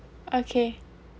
okay